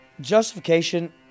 justification